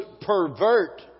pervert